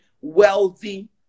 wealthy